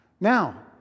Now